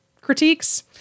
critiques